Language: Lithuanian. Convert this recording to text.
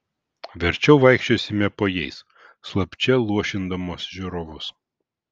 verčiau vaikščiosime po jais slapčia luošindamos žiūrovus